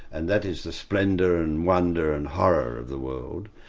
and that is the splendour and wonder and horror of the world.